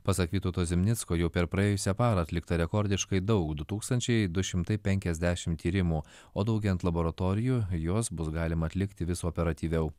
pasak vytauto zimnicko jau per praėjusią parą atlikta rekordiškai daug du tūkstančiai du šimtai penkiasdešimt tyrimų o daugėjant laboratorijų juos bus galima atlikti vis operatyviau